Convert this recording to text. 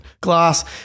glass